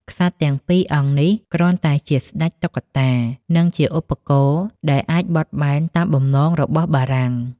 ក្សត្រទាំងពីរអង្គនេះគ្រាន់តែជាស្តេចតុក្កតា និងជាឧបករណ៍ដែលអាចបត់បែនតាមបំណងរបស់បារាំង។